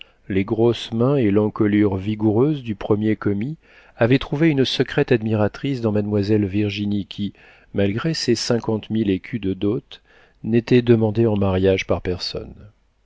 les grosses mains et l'encolure vigoureuse du premier commis avaient trouvé une secrète admiratrice dans mademoiselle virginie qui malgré ses cinquante mille écus de dot n'était demandée en mariage par personne